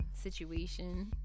situation